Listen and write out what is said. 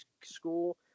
school